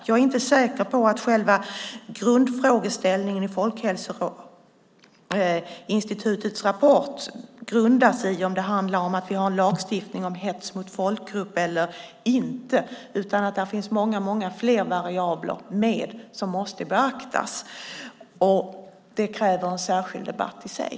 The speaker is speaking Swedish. Jag är inte säker på att själva grundfrågeställningen i Folkhälsoinstitutets rapport handlar om att vi har en lagstiftning om hets mot folkgrupp eller inte, utan där finns många fler variabler som måste beaktas. Och det kräver en särskild debatt i sig.